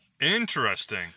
Interesting